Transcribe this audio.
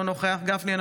אינו נוכח משה גפני,